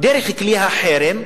דרך כלי החרם.